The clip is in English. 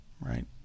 Right